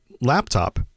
laptop